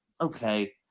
okay